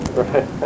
right